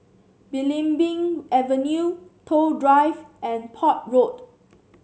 Belimbing Avenue Toh Drive and Port Road